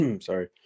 Sorry